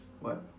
what